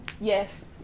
Yes